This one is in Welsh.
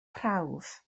prawf